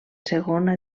segona